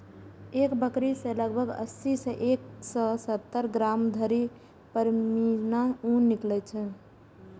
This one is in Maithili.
एक बकरी सं लगभग अस्सी सं एक सय सत्तर ग्राम धरि पश्मीना ऊन निकलै छै